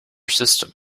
system